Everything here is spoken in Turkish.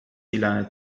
ilan